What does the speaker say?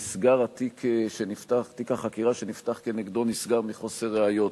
נסגר תיק החקירה שנפתח נגדו מחוסר ראיות,